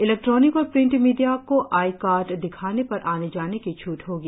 electronic और print media को I card दिखाने पर आने जाने की छूट होगी